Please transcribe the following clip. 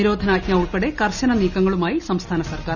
നിരോധനാഞ്ജ ഉൾപ്പെടെ കർശന നീക്കങ്ങള്ളുമായി സംസ്ഥാന സർക്കാർ